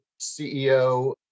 CEO